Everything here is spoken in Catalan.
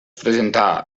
presentà